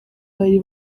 bari